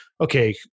okay